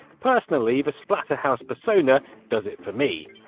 personally the splatterhouse persona does it for me.